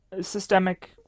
Systemic